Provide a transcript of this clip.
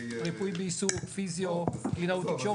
ריפוי בעיסוק, פיזיו, קלינאות תקשורת.